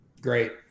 great